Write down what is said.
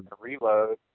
reload